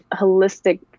holistic